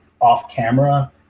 off-camera